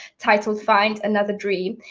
titled find another dream.